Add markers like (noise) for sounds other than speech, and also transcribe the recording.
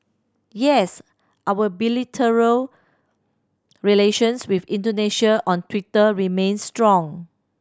yes our (unintelligible) relations with Indonesia on Twitter remains strong